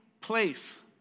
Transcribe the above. place